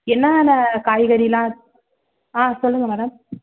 என்னான்ன காய்கறி எல்லாம் ஆ சொல்லுங்கள் மேடம்